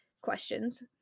questions